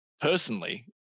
personally